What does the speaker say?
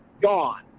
Gone